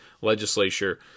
legislature